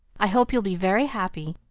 i hope you'll be very happy.